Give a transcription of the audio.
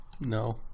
No